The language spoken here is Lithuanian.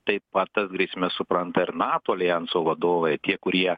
taip pat tas grėsmes supranta ir nato alijanso vadovai tie kurie